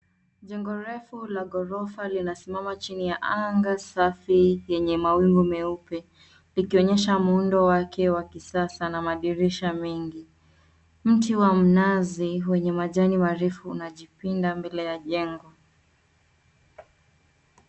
Jengo refu la ghorofa Lina simama chini ya anga safi yenye mawingu meupe ikionyesha muundo wake wa kisasa na madirisha mengi. Mti wa mnazi wenye majani marefu unajipinda mbele ya jengo.